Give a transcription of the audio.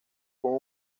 con